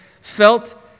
felt